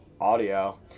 audio